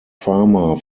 farmer